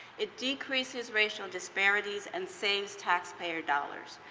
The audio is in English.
it decreases racial disparities and saves taxpayer dollars.